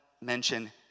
mention